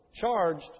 charged